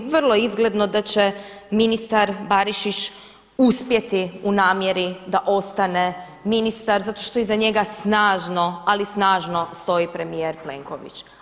Vrlo je izgledno da će ministar Barišić uspjeti u namjeri da ostane ministar zato što je iza njega snažno, ali snažno stoji premijer Plenković.